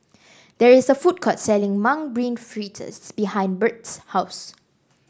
there is a food court selling Mung Bean Fritters behind Burt's house